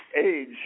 age